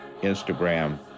Instagram